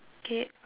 K